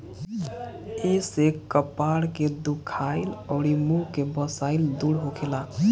एसे कपार के दुखाइल अउरी मुंह के बसाइल दूर होखेला